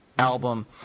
album